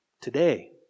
today